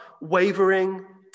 wavering